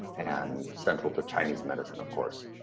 and central to chinese medicine of course.